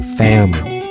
family